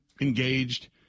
engaged